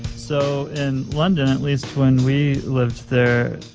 so in london, at least when we lived there,